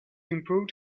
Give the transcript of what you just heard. improved